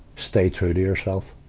stay true to yourself.